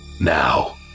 Now